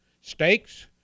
steaks